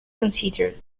considered